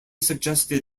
suggested